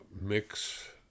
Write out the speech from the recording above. mix